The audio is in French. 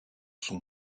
son